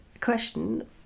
question